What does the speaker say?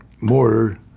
mortar